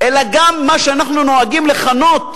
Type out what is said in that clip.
אלא גם למה שאנחנו נוהגים לכנות